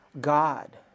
God